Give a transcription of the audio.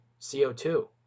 CO2